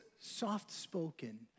soft-spoken